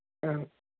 ம்